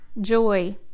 joy